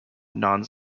non